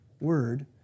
word